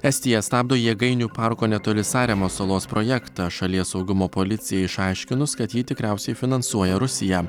estija stabdo jėgainių parko netoli saremos salos projektą šalies saugumo policijai išaiškinus kad jį tikriausiai finansuoja rusija